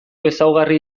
ezaugarri